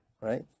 right